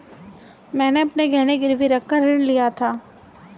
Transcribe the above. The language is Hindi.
मैंने अपने गहने गिरवी रखकर गृह ऋण लिया था